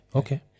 okay